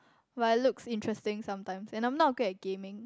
while it looks interesting sometimes and I'm not good at gaming